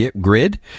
grid